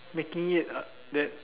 making it uh that